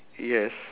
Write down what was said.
yes